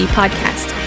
podcast